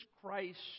Christ